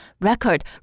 record